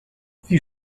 sie